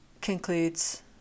concludes